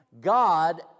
God